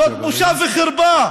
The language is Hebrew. זאת בושה וחרפה.